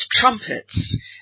trumpets